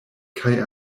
kaj